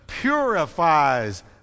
purifies